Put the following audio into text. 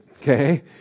okay